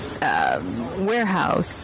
Warehouse